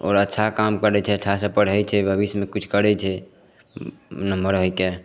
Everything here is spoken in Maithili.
आओर अच्छा काम करै छै अच्छासे पढ़ै छै भविष्यमे किछु करै छै नमहर होइके